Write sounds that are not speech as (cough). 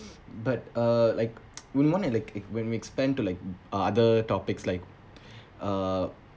but uh like wouldn't want it like when we expand to like other topics like (breath) uh